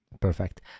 Perfect